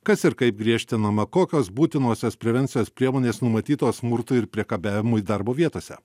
kas ir kaip griežtinama kokios būtinosios prevencijos priemonės numatytos smurtui ir priekabiavimui darbo vietose